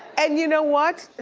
and you know what?